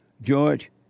George